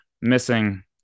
missing